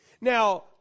Now